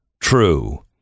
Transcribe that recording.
true